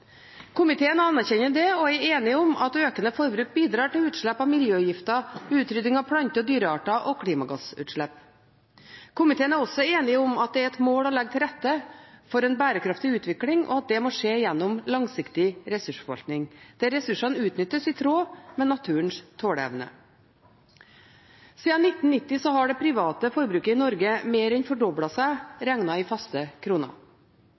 Komiteen anerkjenner det og er enige om at økende forbruk bidrar til utslipp av miljøgifter, utrydding av plante- og dyrearter og klimagassutslipp. Komiteen er også enige om at det er et mål å legge til rette for en bærekraftig utvikling, og at det må skje gjennom langsiktig ressursforvaltning, der ressursene utnyttes i tråd med naturens tåleevne. Siden 1990 har det private forbruket i Norge mer enn fordoblet seg regnet i faste kroner.